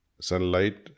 Sunlight